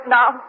now